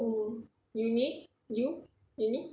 oh uni you uni